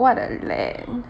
what a land